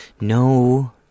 No